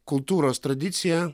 kultūros tradicija